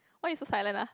why you so silent ah